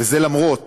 וזאת למרות